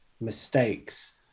mistakes